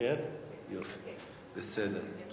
חבר הכנסת זבולון אורלב,